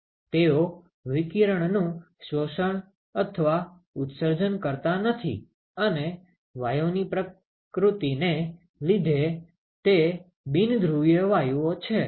તેઓ વિકિરણનુ શોષણ અથવા ઉત્સર્જન કરતા નથી અને વાયુની પ્રકૃતિને લીધે તે બિન ધ્રુવીય વાયુઓ છે